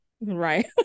Right